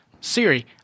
Siri